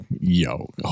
yo